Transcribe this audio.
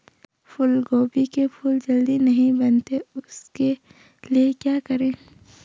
फूलगोभी के फूल जल्दी नहीं बनते उसके लिए क्या करें?